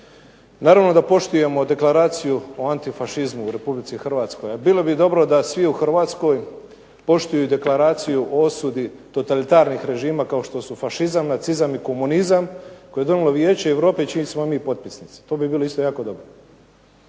naravno da poštujemo Deklaraciju o antifašizmu u Republici Hrvatskoj, a bilo bi dobro da svi u Hrvatskoj poštuju i Deklaraciju o osudi totalitarnih režima kao što su fašizam, nacizam i komunizam koje je donijelo Vijeće Europe čiji smo mi potpisnici. To bi bilo isto jako dobro.